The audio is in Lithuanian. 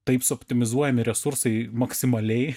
taip suoptimizuojami resursai maksimaliai